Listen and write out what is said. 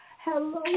Hello